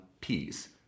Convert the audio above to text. peace